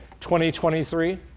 2023